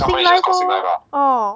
sing life lor oh